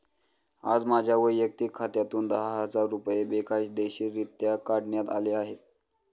आज माझ्या वैयक्तिक खात्यातून दहा हजार रुपये बेकायदेशीररित्या काढण्यात आले आहेत